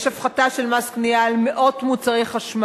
יש הפחתה של מס קנייה על מאות מוצרי חשמל.